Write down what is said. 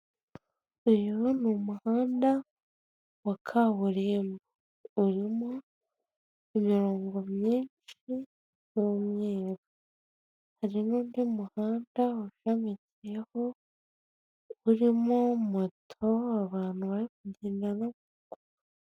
Uyu n'umuhanda wa kaburimbo. Urimo imirongo myinshi y'umweru, hari n'undi muhanda ushamikiyeho, urimo moto, abantu bari kugenda...